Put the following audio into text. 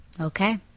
okay